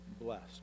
blessed